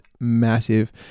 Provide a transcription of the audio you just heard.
massive